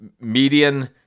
median